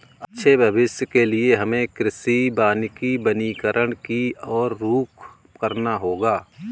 अच्छे भविष्य के लिए हमें कृषि वानिकी वनीकरण की और रुख करना होगा